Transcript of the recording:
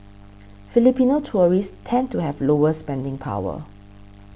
Filipino tourists tend to have lower spending power